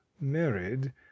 married